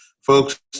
folks